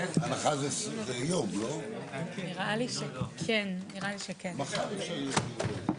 הישיבה ננעלה בשעה 13:32.